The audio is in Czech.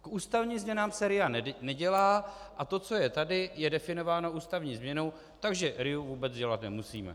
K ústavním změnám se RIA nedělá, a to, co je tady, je definováno ústavní změnou, takže RIA vůbec dělat nemusíme.